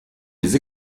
les